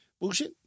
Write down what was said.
Bullshit